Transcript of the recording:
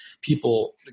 people